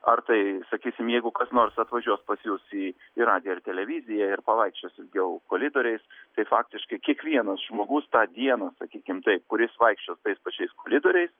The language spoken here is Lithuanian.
ar tai sakysim jeigu kas nors atvažiuos pas jus į į radiją ar televiziją ir pavaikščios ilgiau koridoriais tai faktiškai kiekvienas žmogus tą dieną sakykim taip kuris vaikščios tais pačiais koridoriais